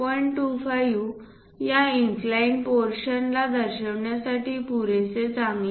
25 या इनक्लाइंड पोर्शनला दर्शविण्यासाठी पुरेसे चांगले आहेत